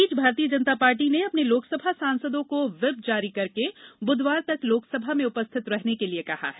इस बीच भारतीय जनता पार्टी ने अपने लोकसभा सांसदों को व्हिप जारी करके बुधवार तक लोकसभा में उपस्थित रहने के लिए कहा है